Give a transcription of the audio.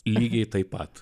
lygiai taip pat